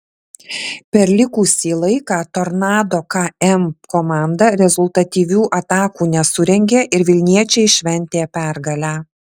per likusį laiką tornado km komanda rezultatyvių atakų nesurengė ir vilniečiai šventė pergalę